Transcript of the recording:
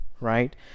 Right